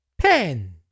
Pen